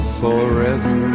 forever